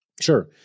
Sure